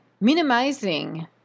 minimizing